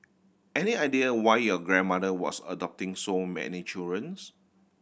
any idea why your grandmother was adopting so many children